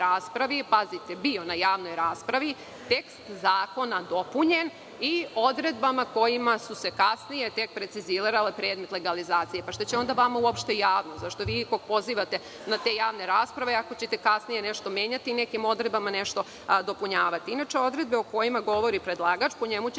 zakona koji je bio na javnoj raspravi, tekst zakona dopunjen i odredbama kojima je kasnije preciziran predlog legalizacije. Šta će vama onda uopšte javnost? Zašto toliko pozivate na te javne rasprave ako ćete kasnije nešto menjati i nekim odredbama nešto dopunjavati? Odredbe o kojima govori predlagač po njemu će